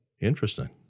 Interesting